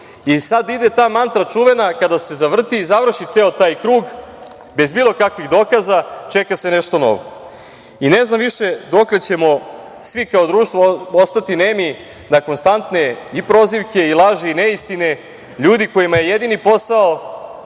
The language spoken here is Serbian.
i sada ide ta mantra, čuvena kada se zavrti i završi ceo taj krug, bez bilo kakvih dokaza čeka se nešto novo. Ne znam više dokle ćemo svi kao društvo ostati nemi na konstantne i prozivke i laži i neistine ljudi kojima je jedini posao